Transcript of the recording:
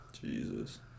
Jesus